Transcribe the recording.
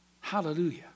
Hallelujah